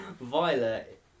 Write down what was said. Violet